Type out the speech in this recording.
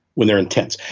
when they're intense,